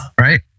Right